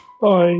Bye